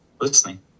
listening